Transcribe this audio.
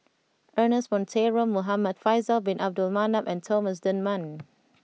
Ernest Monteiro Muhamad Faisal Bin Abdul Manap and Thomas Dunman